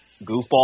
goofball